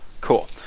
Cool